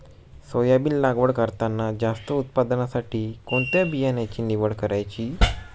Soybean लागवड करताना जास्त उत्पादनासाठी कोणत्या बियाण्याची निवड करायची?